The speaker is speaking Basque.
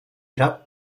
era